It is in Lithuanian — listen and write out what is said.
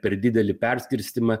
per didelį perskirstymą